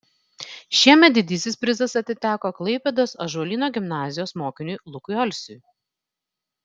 šiemet didysis prizas atiteko klaipėdos ąžuolyno gimnazijos mokiniui lukui alsiui